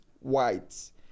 whites